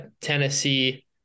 Tennessee